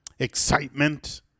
Excitement